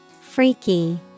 Freaky